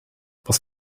was